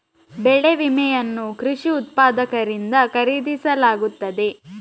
ಬೆಳೆ ವಿಮೆಯನ್ನು ಕೃಷಿ ಉತ್ಪಾದಕರಿಂದ ಖರೀದಿಸಲಾಗುತ್ತದೆ